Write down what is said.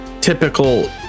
typical